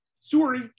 Sorry